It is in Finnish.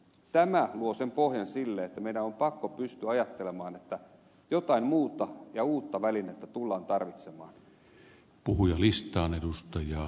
tämä luo sen pohjan sille että meidän on pakko pystyä ajattelemaan että jotain muuta ja uutta välinettä tullaan tarvitsemaan